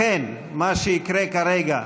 לכן, מה שיקרה כרגע,